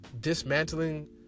dismantling